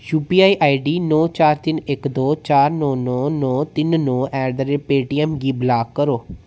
U P I I D नौ चार तिन्न इक दो चार नौ नौ नौ तिन्न नौ एट दा रेट पेटीएम गी ब्लाक करो